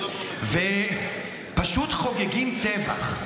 ופשוט חוגגים טבח.